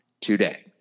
today